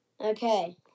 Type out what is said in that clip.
Okay